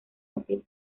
útil